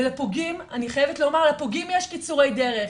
ולפוגעים, אני חייבת לומר, לפוגעים יש קיצורי דרך.